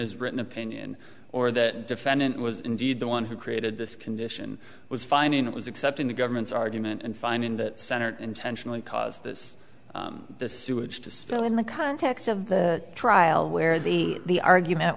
his written opinion or that defendant was indeed the one who created this condition was finding it was accepting the government's argument and finding that center intentionally caused this the sewage to spill in the context of the trial where the the argument